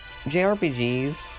JRPGs